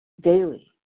daily